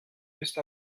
ist